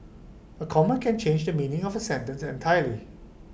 A comma can change the meaning of A sentence entirely